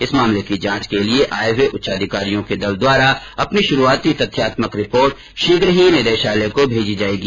इस मामले की जांच के लिए आये हुए उच्चाधिकारियों के दल द्वारा अपनी शुरूआती तथ्यात्मक रिपोर्ट शीघ्र ही शिक्षा निदेशालय को भेजी जाएगी